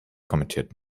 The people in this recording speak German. kommentiert